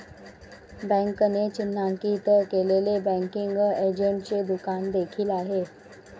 बँकेने चिन्हांकित केलेले बँकिंग एजंटचे दुकान देखील आहे